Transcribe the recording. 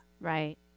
Right